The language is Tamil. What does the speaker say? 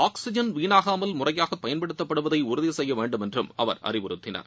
ஆக்சிஜன் வீணாகாமல் முறையாக பயன்படுத்தப்படுவதை உறுதி செய்ய வேண்டும் என்றும் அவர் அறிவுறுத்தினார்